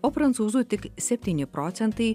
o prancūzų tik septyni procentai